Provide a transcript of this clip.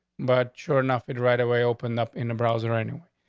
but sure enough, it right away opened up in the browser anyway.